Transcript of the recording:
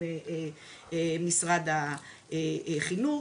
עם משרד החינוך,